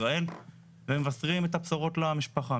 ישראל ומבשרים את הבשורות למשפחה.